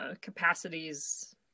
capacities